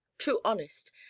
too honest,